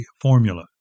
formula